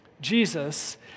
Jesus